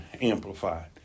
Amplified